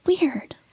Weird